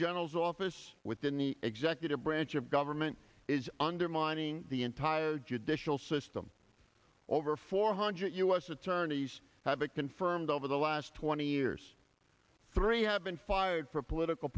general's office within the executive branch of government is undermining the entire judicial system over four hundred u s attorneys have it confirmed over the last twenty years three have been fired for political